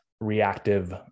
reactive